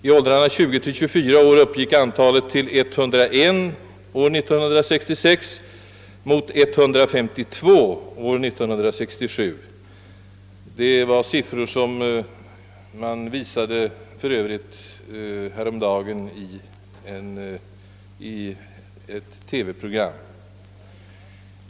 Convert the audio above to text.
I åldrarna 20—24 år uppgick antalet till 101 år 1966 mot 152 år 1967. Dessa siffror lämnades för övrigt i ett TV-program nyligen om dessa problem.